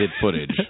footage